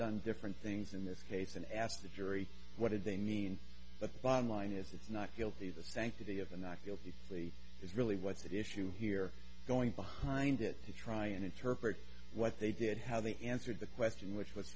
done different things in this case and asked a jury what did they mean but the bottom line is it's not guilty the sanctity of a not guilty plea is really what's at issue here going behind it to try and interpret what they did how they answered the question which was